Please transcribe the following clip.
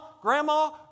Grandma